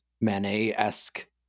Manet-esque